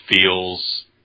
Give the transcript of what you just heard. feels